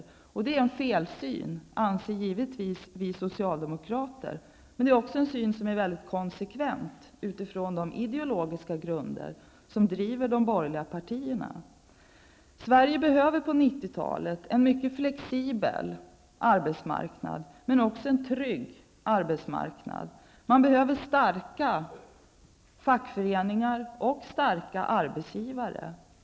Vi socialdemokrater anser givetvis att det är en felsyn, men det är också en syn som är mycket konsekvent utifrån de ideologiska grundersom driver de borgerliga partierna. Sverige behöver på 90-talet en mycket flexibel arbetsmarknad, men också en trygg arbetsmarknad. Det behövs starka fackföreningar och starka arbetsgivare.